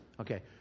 okay